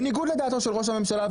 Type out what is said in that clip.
בניגוד לדעתו של ראש הממשלה.